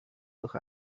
durch